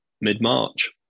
mid-March